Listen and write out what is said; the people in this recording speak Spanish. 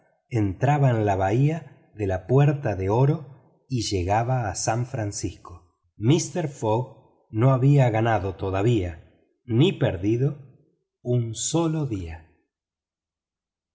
en la bahía de la puerta de oro y llegaba a san francisco mister fogg no había ganado todavía ni perdido un solo día